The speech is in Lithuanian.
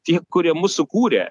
tie kurie mus sukūrė